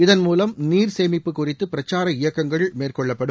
இதன் மூலம் நீர் சேமிப்பு குறித்து பிரச்சார இயக்கங்கள் மேற்கொள்ளப்படும்